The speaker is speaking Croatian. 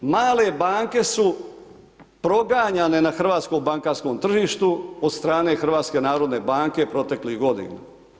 Male banke su proganjane na hrvatskom bankarskom tržištu od strane HNB-a proteklih godina.